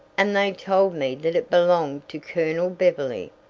and they told me that it belonged to colonel beverley.